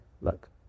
look